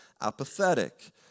apathetic